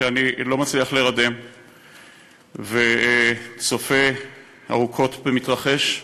שאני לא מצליח להירדם וצופה ארוכות במתרחש,